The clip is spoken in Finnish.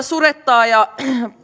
surettaa ja